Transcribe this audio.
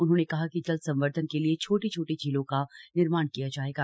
उन्होंने कहा कि जल संवर्धन के लिए छोटी छोटी झीलों का निर्माण किया जाएगा